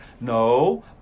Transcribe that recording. No